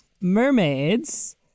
mermaids